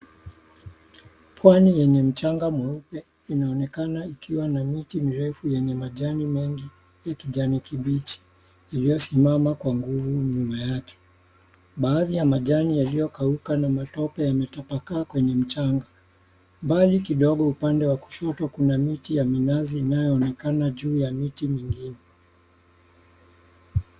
Pwani yenye mchanga mweupe, inaonekana ikiwa na miti mirefu yenye majani mengi ya kijani kibichi, iliosimama kwa nguvu nyuma yake. Baadhi ya majani yaliokauka na matope yametapakaa kwenye mchanga. Mbali kidogo upande wa kushoto kuna miti ya minazi inayoonekana juu ya miti mingine.